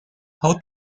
how